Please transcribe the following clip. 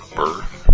birth